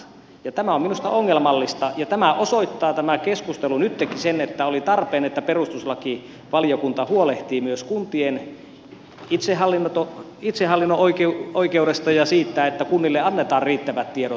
tämä on minusta ongelmallista ja tämä keskustelu osoittaa nyttenkin sen että oli tarpeen että perustuslakivaliokunta huolehtii myös kuntien itsehallinnon oikeudesta ja siitä että kunnille annetaan riittävät tiedot